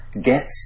get